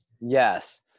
Yes